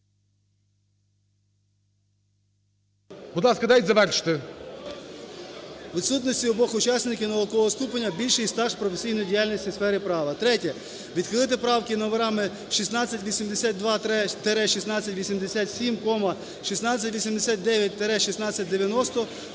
"…відсутності в обох учасників наукового ступеня - більший стаж професійної діяльності у сфері права". Третє. Відхилити правки з номерами 1682-1687, 1689-1690